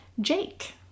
Jake